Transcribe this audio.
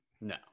No